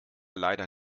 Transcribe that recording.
leider